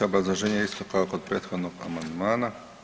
Obrazloženje isto kao i kod prethodnog amandmana.